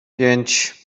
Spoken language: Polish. pięć